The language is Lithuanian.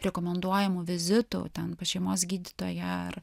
rekomenduojamų vizitų ten pas šeimos gydytoją ar